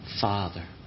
Father